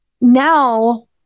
now